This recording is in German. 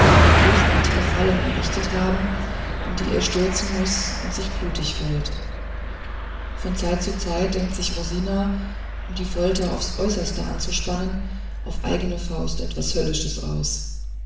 bösartige fallen errichtet haben in die er stürzen muß und sich blutig fällt von zeit zu zeit denkt sich rosina um die folter aufs äußerste anzuspannen auf eigene faust etwas höllisches aus